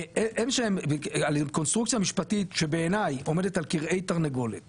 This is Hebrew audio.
על קונסטרוקציה משפטית שבעיניי עומדת על כרעי תרנגולת